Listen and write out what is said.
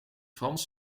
frans